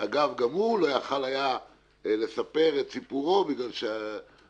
שאגב גם הוא לא יכול היה לספר את סיפורו בגלל שהשבת